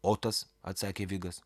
otas atsakė vigas